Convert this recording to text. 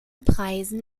preisen